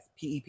pep